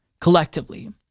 collectively